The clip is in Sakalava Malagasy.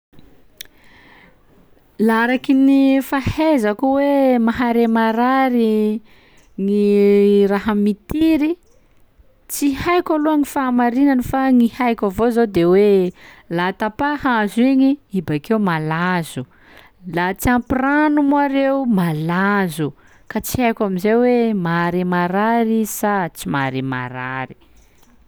Laha araky ny fahaizako hoe mahare marary gny raha mitiry, tsy haiko aloha gn' fahamarinany fa gny haiko avao zao de hoe: laha tapaha hazo igny, i bakeo malazo; laha tsy ampy rano moa reo malazo, ka tsy haiko am'izay hoe mahare marary i sa tsy mahare marary.